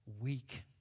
weak